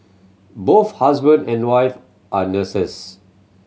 both husband and wife are nurses